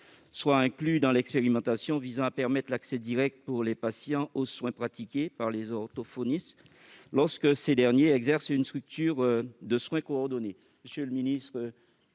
soit inclus dans l'expérimentation visant à permettre l'accès direct pour les patients aux soins pratiqués par les orthophonistes lorsque ces derniers exercent dans une structure d'exercice coordonné.